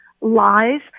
lies